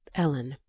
ellen,